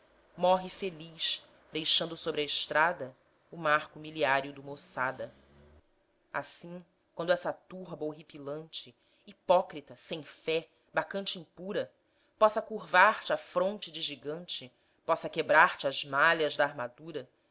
morre feliz deixando sobre a estrada o marco miliário duma ossada assim quando essa turba horripilante hipócrita sem fé bacante impura possa curvar te a fronte de gigante possa quebrar-te as malhas da armadura